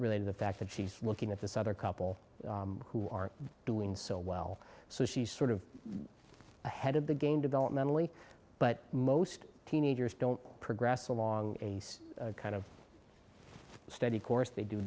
really the fact that she's looking at this other couple who aren't doing so well so she's sort of ahead of the game developmentally but most teenagers don't progress along a kind of steady course they do